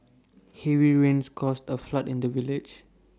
heavy rains caused A flood in the village